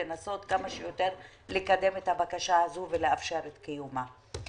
לנסות לקדם את הבקשה כמה שיותר ולאפשר את קיומה.